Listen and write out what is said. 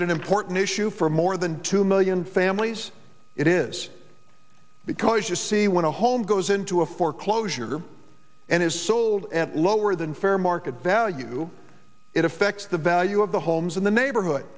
an important issue for more than two million families it is because you see when a home goes into a foreclosure and is sold at lower than fair market value it affects the value of the homes in the neighborhood